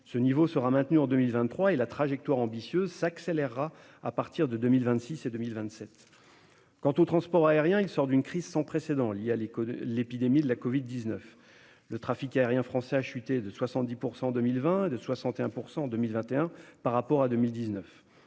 Ce niveau sera maintenu en 2023, et la trajectoire ambitieuse s'accélérera à partir de 2026 et 2027. Quant au transport aérien, il sort d'une crise sans précédent liée à l'épidémie de la covid-19. Le trafic aérien français a chuté de 70 % en 2020 et de 61 % en 2021 par rapport à 2019.